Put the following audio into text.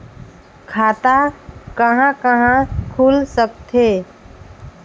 खाता कहा कहा खुल सकथे?